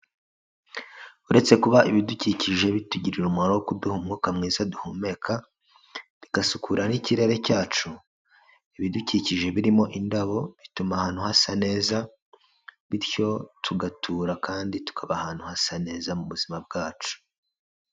Uretse kuba ibidukikije bitugirira umumaro wo kuduha umwuka mwiza duhumeka, bigasukura n'ikirere cyacu, ibidukikije birimo indabo bituma ahantu hasa neza, bityo tugatura, kandi tukaba ahantu hasa neza mu buzima bwacu.